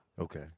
Okay